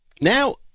Now